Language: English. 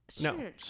No